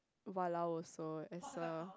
!walao! also as well